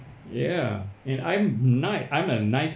ya and I'm ni~ I'm a nice